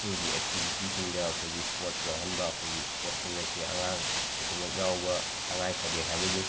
ꯁ꯭ꯀꯨꯜꯒꯤ ꯑꯦꯛꯇꯤꯕꯤꯇꯤꯁꯤꯡꯗ ꯑꯩꯈꯣꯏꯒꯤ ꯁ꯭ꯄꯣꯔꯠꯁ ꯌꯥꯎꯍꯟꯕ ꯑꯩꯈꯣꯏꯒꯤ ꯁ꯭ꯄꯣꯔꯠꯁꯤꯡ ꯑꯁꯤ ꯑꯉꯥꯡ ꯈꯨꯗꯤꯡꯃꯛ ꯌꯥꯎꯕ ꯇꯉꯥꯏ ꯐꯗꯦ ꯍꯥꯏꯕꯒꯤ